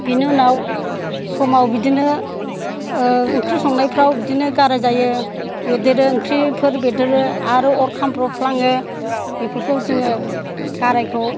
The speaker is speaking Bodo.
बेनि उनाव समाव बिदिनो ओंख्रि संनायफ्राव बिदिनो गाराय जायो बेरदेरो ओंख्रिफोर बेरदेरो आरो अर खामब्र'बफ्लाङो बेफोरखौ जोङो गारायखौ